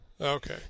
Okay